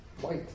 white